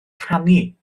canu